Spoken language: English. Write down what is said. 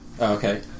Okay